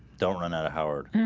don't run out of howard.